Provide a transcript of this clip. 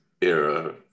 era